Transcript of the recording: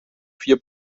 vier